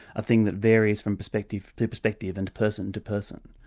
a thing that varies from perspective to perspective and person to person.